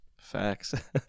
Facts